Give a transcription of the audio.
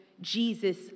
Jesus